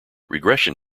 regression